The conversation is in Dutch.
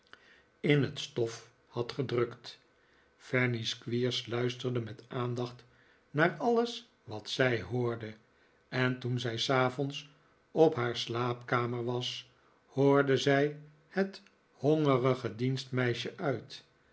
in het stof had gedrukt fanny squeers luisterde met aandacht naar alles wat zij hoorde en toen zij s avonds op haar slaapkamer was hoorde zij het hongerige dienstmeisje uit